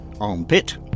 armpit